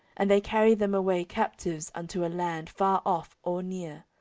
and they carry them away captives unto a land far off or near